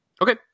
Okay